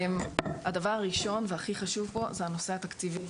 הדבר הראשון והכי חשוב פה זה הנושא התקציבי.